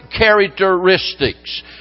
characteristics